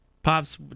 Pops